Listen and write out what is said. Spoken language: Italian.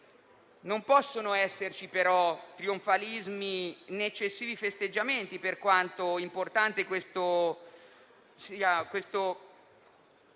Non possono però esserci trionfalismi, né eccessivi festeggiamenti. Per quanto importante, questo